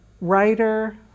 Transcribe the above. writer